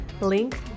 Link